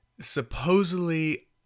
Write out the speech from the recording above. supposedly